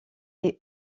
est